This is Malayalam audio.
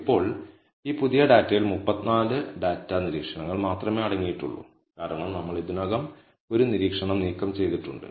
ഇപ്പോൾ ഈ പുതിയ ഡാറ്റയിൽ 34 ഡാറ്റ നിരീക്ഷണങ്ങൾ മാത്രമേ അടങ്ങിയിട്ടുള്ളൂ കാരണം നമ്മൾ ഇതിനകം ഒരു നിരീക്ഷണം നീക്കം ചെയ്തിട്ടുണ്ട്